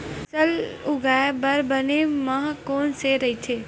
फसल उगाये बर बने माह कोन से राइथे?